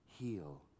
heal